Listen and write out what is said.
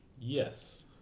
Yes